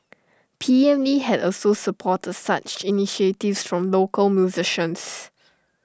P M lee had also supported such initiatives local musicians